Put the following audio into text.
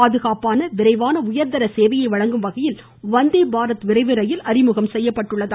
பாதுகாப்பான விரைவான உயர்தர சேவையை வழங்கும் வகையில் வந்தே பாரத் விரைவு ரயில் அறிமுகம் செய்யப்பட்டுள்ளது